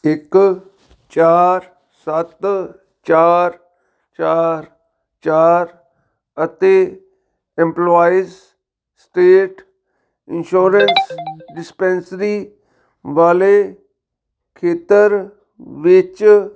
ਇੱਕ ਚਾਰ ਸੱਤ ਚਾਰ ਚਾਰ ਚਾਰ ਅਤੇ ਇੰਪੋਲਾਇਸ ਸਟੇਟ ਇੰਸ਼ੋਰੈਂਸ ਡਿਸਪੈਂਸਰੀ ਵਾਲੇ ਖੇਤਰ ਵਿੱਚ